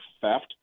theft